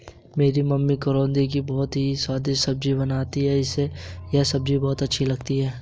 मेरी मम्मी करौंदे की बहुत ही स्वादिष्ट सब्जी बनाती हैं मुझे यह सब्जी बहुत अच्छी लगती है